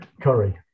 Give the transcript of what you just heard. curry